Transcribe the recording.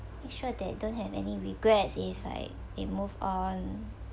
make sure that don't have any regrets if I they move on